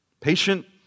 Patient